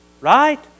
right